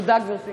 תודה, גברתי.